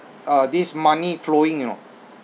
uh this money flowing you know